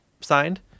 signed